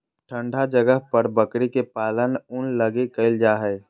ठन्डा जगह पर बकरी के पालन ऊन लगी कईल जा हइ